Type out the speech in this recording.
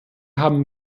haben